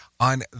On